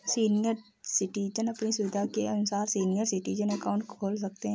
senior citizen अपनी सुविधा के अनुसार सीनियर सिटीजन अकाउंट खोल सकते है